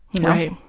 Right